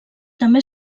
també